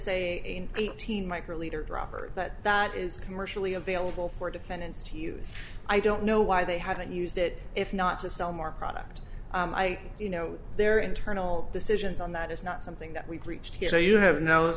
say eighteen micro leader property that that is commercially available for defendants to use i don't know why they hadn't used it if not to sell more product i you know their internal decisions on that is not something that we've reached here so you have no